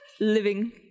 living